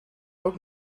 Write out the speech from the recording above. ook